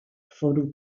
foru